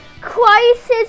Crisis